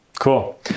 Cool